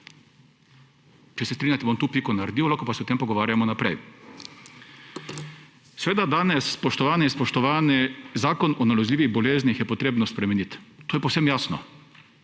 Če se strinjate, bom tukaj piko naredil, lahko pa se o tem pogovarjamo naprej. Seveda danes, spoštovane in spoštovani, Zakon o nalezljivih boleznih je potrebno spremeniti, to je povsem jasno,